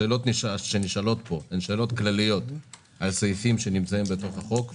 השאלות שנשאלות פה הן שאלת כלליות על סעיפים שנמצאים בתוך החוק.